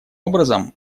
образом